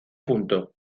punto